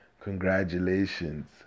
Congratulations